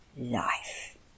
life